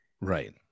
right